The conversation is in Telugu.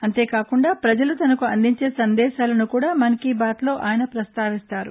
అంతేకాకుండా ప్రజలు తనకు అందించే సందేశాలను కూడా మన్ కీ బాత్లో ఆయన ప్రపస్తావిస్తారు